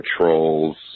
trolls